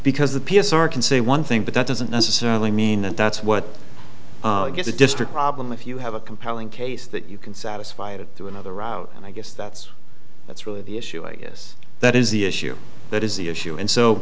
because the p s r can say one thing but that doesn't necessarily mean that that's what gives a district problem if you have a compelling case that you can satisfy it through another route and i guess that's that's really the issue yes that is the issue that is the issue and so